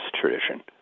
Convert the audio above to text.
tradition